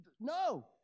no